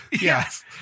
yes